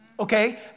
Okay